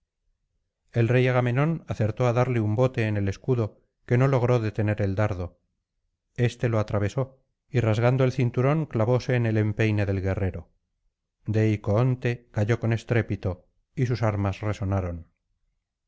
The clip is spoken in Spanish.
el rey agamenón acertó á darle un bote en el escudo que no logró detener al dardo éste lo atravesó y rasgando el cinturón clavóse en el empeine del guerrero deicoonte cayó con estrépito y sus armas resonaron